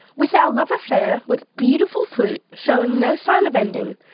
with our love affair with beautiful fruit showing no sign of ending,